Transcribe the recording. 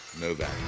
Novak